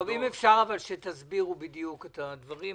אם תוכלו להסביר בדיוק את הדברים.